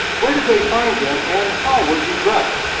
where did they find him, and how was he dressed?